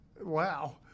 wow